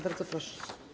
Bardzo proszę.